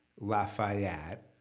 Lafayette